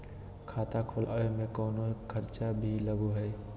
खाता खोलावे में कौनो खर्चा भी लगो है?